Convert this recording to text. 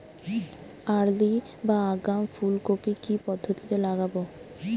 Early বা আগাম ফুল কপি কি পদ্ধতিতে লাগাবো?